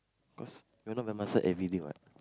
cause you're not by my side everyday what